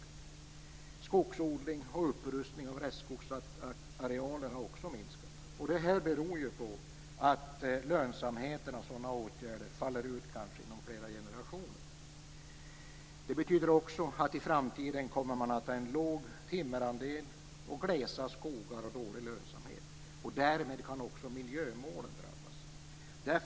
Också skogsodling och upprustning av restskogsarealer har minskat. Detta beror på att sådana åtgärders lönsamhet faller ut kanske först efter flera generationer. Det innebär också att man i framtiden kommer att ha en låg timmerandel, glesa skogar och dålig lönsamhet. Därmed kan också miljömålen drabbas.